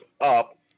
up